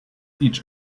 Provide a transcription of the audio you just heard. each